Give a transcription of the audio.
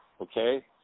okay